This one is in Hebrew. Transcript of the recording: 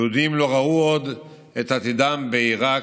יהודים לא ראו עוד את עתידם בעיראק,